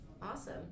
Awesome